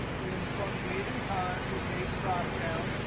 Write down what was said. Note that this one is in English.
in from date and time, the date dropdown.